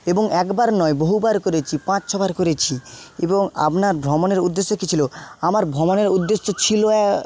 এবং একবার নয় বহুবার করেছি পাঁচ ছ বার করেছি এবং আপনার ভ্রমণের উদ্দেশ্য কী ছিল আমার ভ্রমণের উদ্দেশ্য ছিল অ্যা